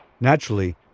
Naturally